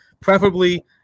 Preferably